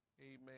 amen